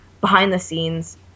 behind-the-scenes